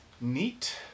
Neat